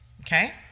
Okay